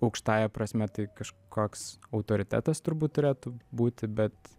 aukštąja prasme tai kažkoks autoritetas turbūt turėtų būti bet